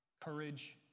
courage